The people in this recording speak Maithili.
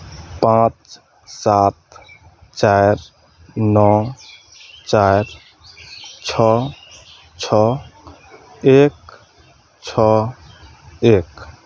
पाँच सात चारि नओ चारि छओ छओ एक छओ एक